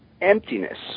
emptiness